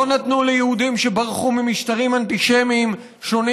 לא נתנו ליהודים שברחו ממשטרים אנטישמיים שונים